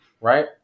Right